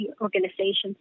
organizations